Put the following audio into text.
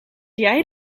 jij